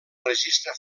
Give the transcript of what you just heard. registre